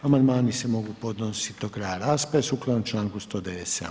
Amandmani se mogu podnosit do kraja rasprave sukladno čl. 197.